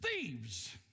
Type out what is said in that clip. thieves